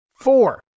Four